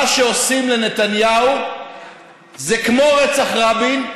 מה שעושים לנתניהו זה כמו רצח רבין,